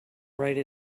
write